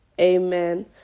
amen